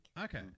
Okay